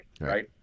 right